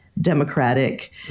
democratic